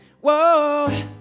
Whoa